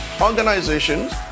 organizations